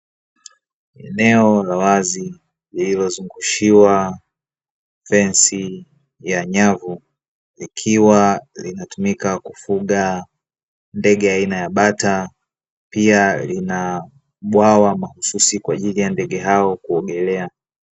Eneeo la wazi lililozungushiwa fensi la nyavu, likiwa linatumika kufugwa ndege aina ya bata pia lina bwawa mahusussi kwa ajili ya ndege hao kuogelea.